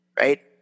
right